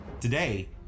Today